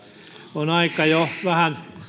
on aika jo vähän